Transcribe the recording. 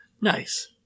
Nice